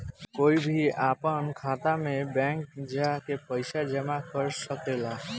कोई भी आपन खाता मे बैंक जा के पइसा जामा कर सकेला